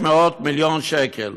600 מיליון שקל.